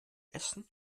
essen